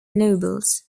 nobles